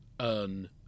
earn